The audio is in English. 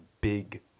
big